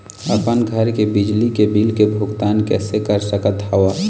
अपन घर के बिजली के बिल के भुगतान कैसे कर सकत हव?